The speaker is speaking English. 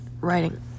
Writing